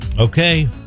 Okay